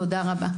תודה רבה.